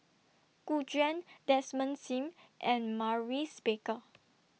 Gu Juan Desmond SIM and Maurice Baker